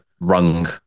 rung